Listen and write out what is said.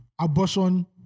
Abortion